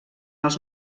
els